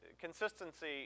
consistency